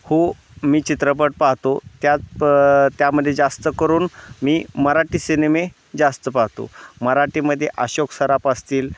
हो मी चित्रपट पाहतो त्यात त्यामध्ये जास्त करून मी मराठी सिनेमे जास्त पाहतो मराठीमध्ये अशोक सराफ असतील